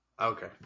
Okay